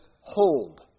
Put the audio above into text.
hold